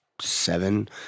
seven